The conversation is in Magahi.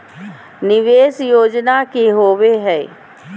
निवेस योजना की होवे है?